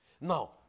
Now